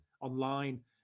online